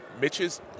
Mitch's